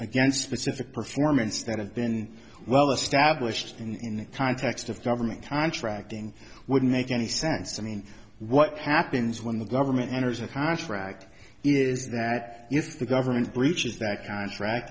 against specific performance that have been well established in context of government contracting wouldn't make any sense to me what happens when the government enters a contract is that if the government breaches that contract